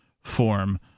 form